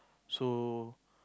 so